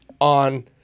on